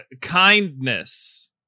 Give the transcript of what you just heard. Kindness